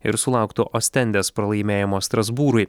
ir sulauktų ostendės pralaimėjimo strasbūrui